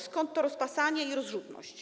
Skąd to rozpasanie i ta rozrzutność?